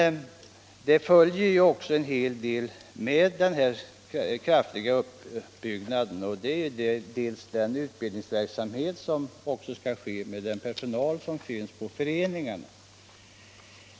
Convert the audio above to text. Men det följer också en hel del med den kraftiga utbyggnaden — bl.a. gäller det den utbildningsverksamhet som skall bedrivas för personalen vid föreningarna.